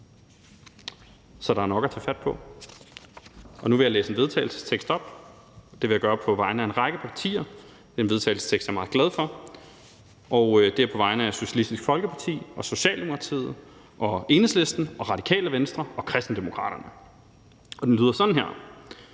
Så der er nok at tage fat på, og nu vil jeg læse et forslag til vedtagelse op, som jeg er meget glad for, og det er på vegne af Socialistisk Folkeparti, Socialdemokratiet, Enhedslisten, Radikale Venstre og Kristendemokraterne. Og det lyder sådan her: